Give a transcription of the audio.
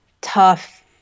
tough